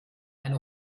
eine